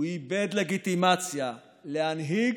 הוא איבד לגיטימציה להנהיג